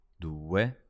due